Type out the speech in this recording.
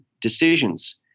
decisions